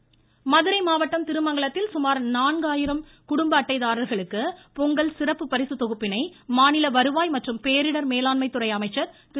உதயகுமார் மாவட்டம் திருமங்கலத்தில் சுமார் மதுரை நாலாயிரம் குடும்ப அட்டைதாரர்களுக்கு பொங்கல் சிறப்பு பரிசு தொகுப்பினை மாநில வருவாய் மற்றும் பேரிடர் மேலாண்மை துறை அமைச்சர் திரு